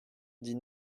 dit